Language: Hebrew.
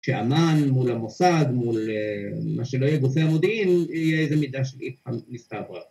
‫שאמן מול המוסד, ‫מול מה שלא יהיה גופי המודיעין, ‫יהיה איזו מידה של איפה נסתבר.